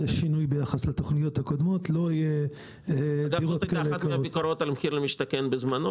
זו היתה אחת הביקורות על מחיר למשתכן בזמנו,